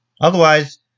Otherwise